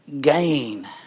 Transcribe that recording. gain